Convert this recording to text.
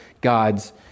God's